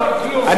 זה עוד כלום,